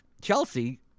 Chelsea